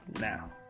Now